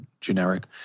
generic